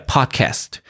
Podcast